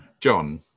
John